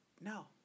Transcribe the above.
No